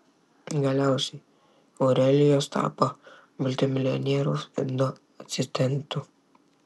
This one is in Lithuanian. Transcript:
galiausiai aurelijus tapo multimilijonieriaus indo asistentu